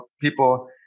people